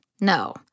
no